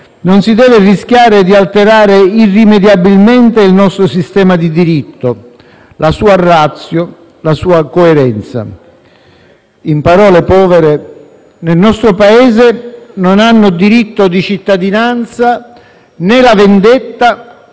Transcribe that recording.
non si deve rischiare di alterare irrimediabilmente il nostro sistema di diritto, la sua *ratio* e la sua coerenza. In parole povere, nel nostro Paese non hanno diritto di cittadinanza né la vendetta,